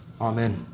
Amen